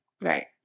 right